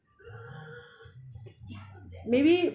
maybe